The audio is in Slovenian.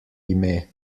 ime